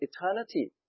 eternity